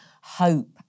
hope